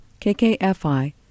KKFI